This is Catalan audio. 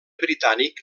britànic